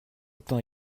temps